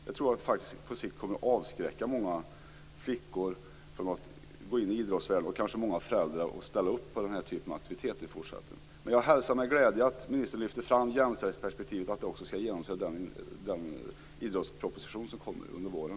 Det tror jag faktiskt på sikt kommer att avskräcka många flickor från att gå in i idrottsvärlden och kanske många föräldrar från att ställa upp på den här typen av aktiviteter i fortsättningen. Men jag hälsar med glädje att ministern lyfte fram jämställdhetsperspektivet och att det också skall genomsyra den idrottsproposition som kommer under våren.